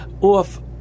off